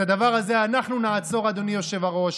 את הדבר הזה אנחנו נעצור, אדוני היושב-ראש.